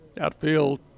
Outfield